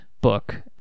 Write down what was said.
book